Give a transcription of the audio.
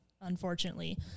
unfortunately